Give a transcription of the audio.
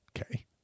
Okay